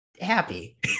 happy